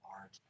art